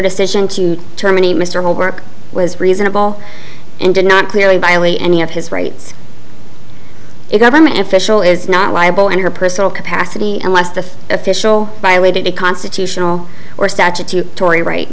decision to terminate mr work was reasonable and did not clearly violate any of his rates if government official is not liable and her personal capacity and less the official violated a constitutional or statutory